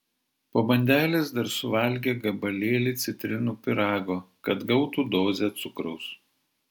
po bandelės dar suvalgė gabalėlį citrinų pyrago kad gautų dozę cukraus